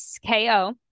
K-O